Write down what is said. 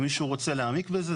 אם מישהו רוצה להעמיק בזה,